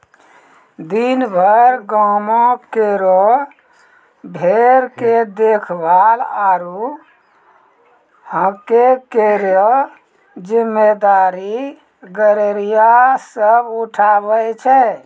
दिनभर गांवों केरो भेड़ के देखभाल आरु हांके केरो जिम्मेदारी गड़ेरिया सब उठावै छै